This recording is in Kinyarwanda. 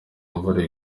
imvura